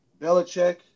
Belichick